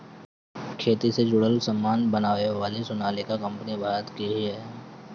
खेती से जुड़ल सामान बनावे वाली सोनालिका कंपनी भारत के हिय